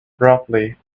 abruptly